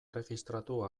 erregistratu